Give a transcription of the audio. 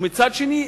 ומצד שני,